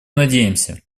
надеемся